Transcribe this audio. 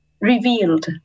revealed